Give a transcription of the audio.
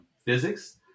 physics